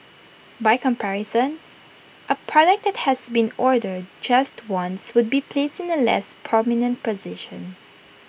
by comparison A product that has been ordered just once would be placed in A less prominent position